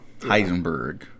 Heisenberg